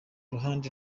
ruhande